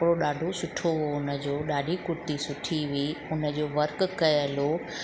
कपिड़ो ॾाढो सुठो हो हुनजो ॾाढी कुर्ती सुठी हुई हुनजो वर्क कयलु हो